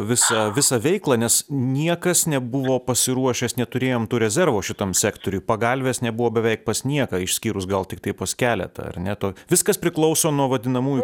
visa visą veiklą nes niekas nebuvo pasiruošęs neturėjom to rezervo šitam sektoriui pagalvės nebuvo beveik pas nieką išskyrus gal tiktai pas keletą ar ne to viskas priklauso nuo vadinamųjų